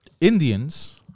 Indians